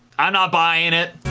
i'm not buying it